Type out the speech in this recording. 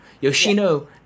yoshino